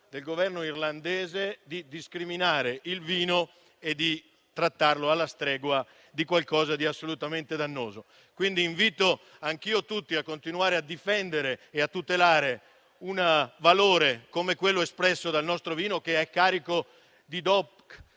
del Governo irlandese di discriminare il vino, trattandolo alla stregua di qualcosa di assolutamente dannoso. Invito anch'io tutti a continuare a difendere e a tutelare un valore come quello espresso dal nostro vino, che è carico di DOC